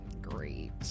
Great